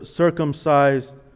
circumcised